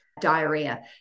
diarrhea